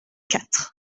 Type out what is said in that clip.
quatre